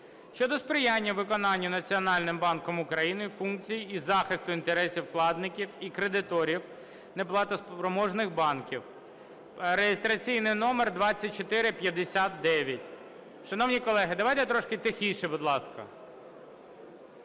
щодо сприяння виконанню Національним банком України функцій із захисту інтересів вкладників і кредиторів неплатоспроможних банків (реєстраційний номер 2459). Шановні колеги, давайте трохи тихіше, будь ласка.